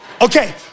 Okay